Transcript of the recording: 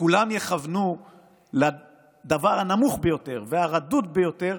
שכולם יכוונו לדבר הנמוך ביותר והרדוד ביותר,